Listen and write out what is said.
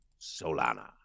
Solana